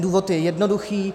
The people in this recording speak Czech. Důvod je jednoduchý.